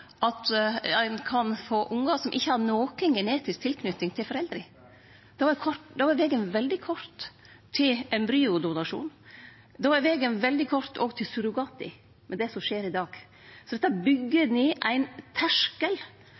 at ein kan få ungar som ikkje har noka genetisk tilknyting til foreldra. Då er vegen veldig kort til embryodonasjon, og då er vegen veldig kort òg til surrogati – med det som skjer i dag. Dette byggjer ned ein terskel